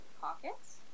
pockets